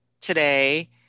today